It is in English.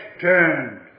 turned